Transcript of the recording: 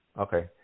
Okay